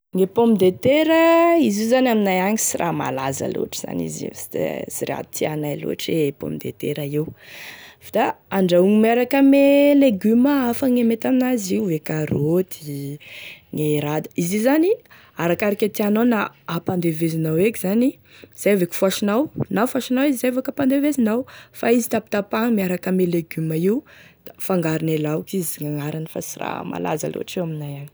Gne pomme de terre izy io zany ainay agny sy raha malaza loatry zany izy io sy raha tianay loatry e pomme de terre io fa andrahoagny miaraka ame legioma hafa gne mety aminazy io e karoty gne raha da izy io zany arakaraky e tianao na ampandevezinao eky zany zay vo ofasanao na ofasanao izy vo afaky ampandevezinao fa izy tapatapahigny miaraka ame legume io da fangarone laoky izy gnagnarany fa sy raha malaza lotry io aminay agny.